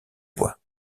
bois